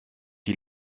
die